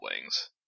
Wings